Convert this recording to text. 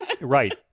right